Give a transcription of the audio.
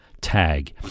tag